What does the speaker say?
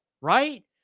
right